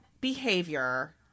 behavior